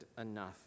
enough